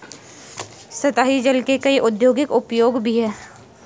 सतही जल के कई औद्योगिक उपयोग भी हैं